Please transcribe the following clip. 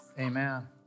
Amen